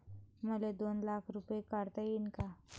मले दोन लाख रूपे काढता येईन काय?